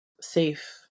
safe